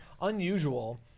unusual